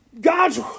God's